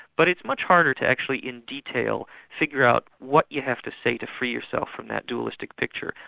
but it's much harder to actually in detail figure out what you have to say to free yourself from that dualistic picture.